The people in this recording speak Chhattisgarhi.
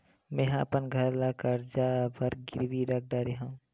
मेहा अपन घर ला कर्जा बर गिरवी रख डरे हव